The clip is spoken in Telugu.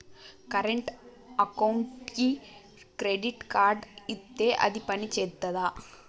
కరెంట్ అకౌంట్కి క్రెడిట్ కార్డ్ ఇత్తే అది పని చేత్తదా?